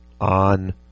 on